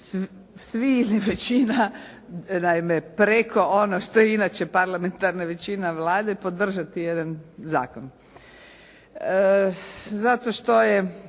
svi ili većina, naime preko ono što je inače parlamentarna većina Vlade podržati jedan zakon. Zato što je